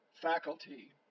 faculty